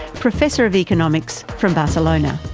professor of economics from barcelona.